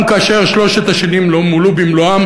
גם כאשר שלוש השנים לא מולאו במלואן